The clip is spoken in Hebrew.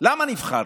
למה נבחרתם?